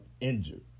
injured